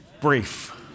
brief